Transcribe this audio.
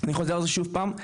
אני חוזר על זה שוב פעם,